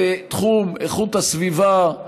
בתחום איכות הסביבה,